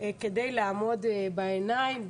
כדי לעמוד בעיניים,